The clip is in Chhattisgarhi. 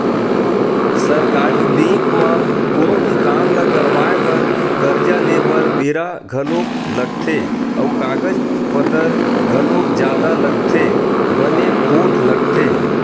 सरकारी बेंक म कोनो भी काम ल करवाय बर, करजा लेय बर बेरा घलोक लगथे अउ कागज पतर घलोक जादा लगथे बने पोठ लगथे